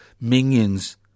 Minions